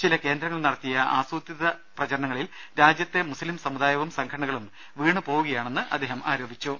ചില് കേന്ദ്രങ്ങൾ നടത്തിയ ആസൂത്രിത പ്രചരണങ്ങളിൽ രാജ്യത്തെ മുസ്ലിം സമുദായവും സംഘടന കളും വീണുപോവുകയാണെന്ന് അദ്ദേഹം ആരോപ്പിച്ചു